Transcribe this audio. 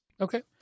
Okay